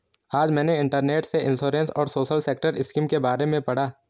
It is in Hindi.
आज मैंने इंटरनेट से इंश्योरेंस और सोशल सेक्टर स्किम के बारे में पढ़ा